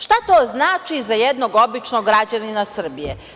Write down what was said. Šta to znači za jednog običnog građanina Srbije?